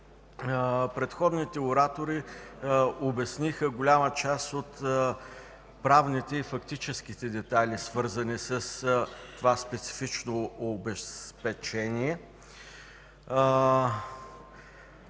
Предходните оратори обясниха голяма част от правните и фактическите детайли, свързани с това специфично обезпечение.